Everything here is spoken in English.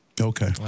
Okay